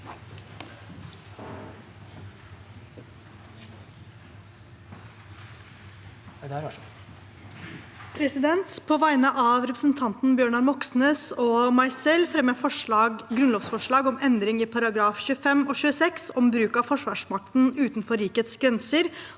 På vegne av represen- tanten Bjørnar Moxnes og meg selv vil jeg fremme grunnlovsforslag om endring i §§ 25 og 26 om bruk av forsvarsmakten utenfor rikets grenser